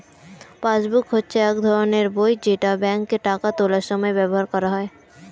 passbook হচ্ছে এক ধরনের বই যেটা ব্যাংকে টাকা তোলার সময় ব্যবহার করা হয়